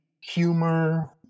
humor